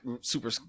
super